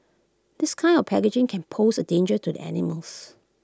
this kind of packaging can pose A danger to the animals